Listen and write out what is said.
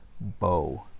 bow